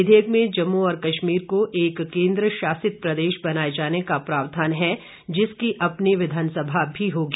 विधेयक में जम्म और कश्मीर को एक केन्द्रशासित प्रदेश बनाये जाने का प्रावधान है जिसकी अपनी विधानसभा भी होगी